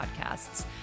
podcasts